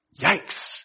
Yikes